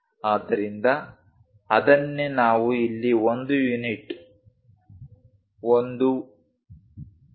ಆದ್ದರಿಂದ ಅದನ್ನೇ ನಾವು ಇಲ್ಲಿ 1 ಯುನಿಟ್ 1